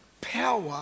power